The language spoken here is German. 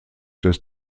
des